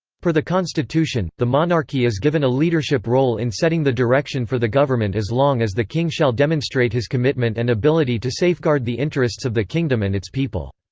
per the constitution, the monarchy is given a leadership role in setting the direction for the government as long as the king shall demonstrate his commitment and ability to safeguard the interests of the kingdom and its people.